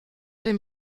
dem